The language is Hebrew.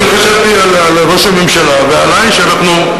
אני חשבתי על ראש הממשלה ועלי שאנחנו,